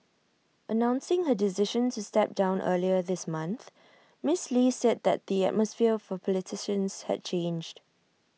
announcing her decision to step down earlier this month miss lee said then that the atmosphere for politicians had changed